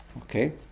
Okay